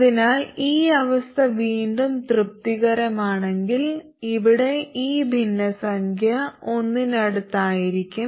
അതിനാൽ ഈ അവസ്ഥ വീണ്ടും തൃപ്തികരമാണെങ്കിൽ ഇവിടെ ഈ ഭിന്നസംഖ്യ ഒന്നിനടുത്തായിരിക്കും